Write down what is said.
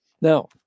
now